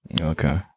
Okay